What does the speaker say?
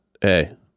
Hey